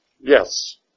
Yes